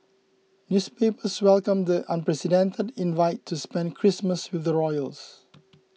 newspapers welcomed the unprecedented invite to spend Christmas with the royals